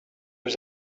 was